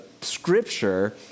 scripture